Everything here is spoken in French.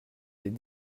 les